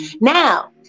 now